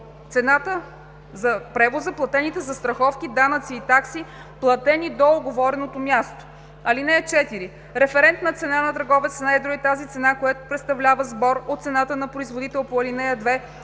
цената за превоза, платените застраховки, данъци и такси, платени до уговорено място. (4) Референтна цена на търговец на едро е тази цена, която представлява сбор от цената на производител по ал. 2